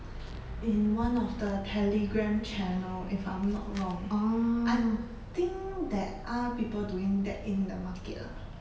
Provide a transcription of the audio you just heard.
in one of the telegram channel if I'm not wrong I think that are people doing that in the market lah